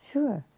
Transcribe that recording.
Sure